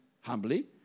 humbly